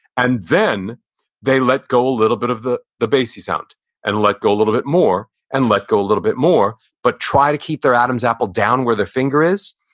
and then they let go a little bit of the the bassy sound and let go a little bit more and let go a little bit more, but try to keep their adam's apple down where their finger is.